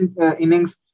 innings